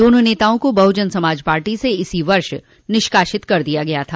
दोनों नेताओं को बहुजन समाज पार्टी से इसी वर्ष निष्कासित कर दिया गया था